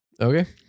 Okay